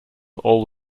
all